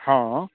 हॅं